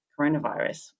coronavirus